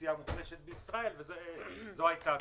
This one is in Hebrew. אוכלוסייה מוחלשת בישראל, וזו הייתה התוצאה.